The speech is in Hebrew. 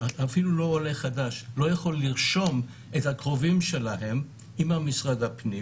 אפילו לא עולה חדש לא יכול לרשום את הקרובים שלו במשרד הפנים